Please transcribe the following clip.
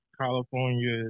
California